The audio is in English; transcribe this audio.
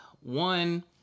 one